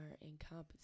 incompetent